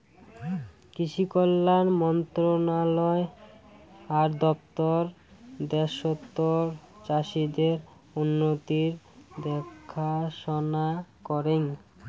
কৃষি কল্যাণ মন্ত্রণালয় আর দপ্তর দ্যাশতর চাষীদের উন্নতির দেখাশনা করেঙ